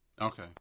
Okay